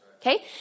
Okay